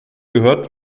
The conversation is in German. gehört